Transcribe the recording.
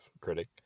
critic